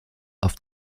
auf